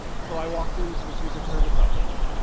so i walked into the secret service office